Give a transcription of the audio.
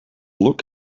look